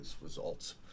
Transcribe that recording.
results